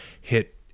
hit